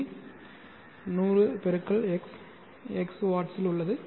C 100 × x x வாட்ஸில் உள்ளது